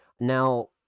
Now